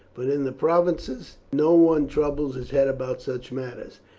but in the provinces no one troubles his head about such matters.